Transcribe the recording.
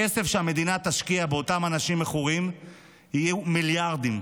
הכסף שהמדינה תשקיע באותם אנשים מכורים יהיה מיליארדים.